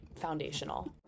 foundational